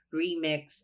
remix